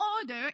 order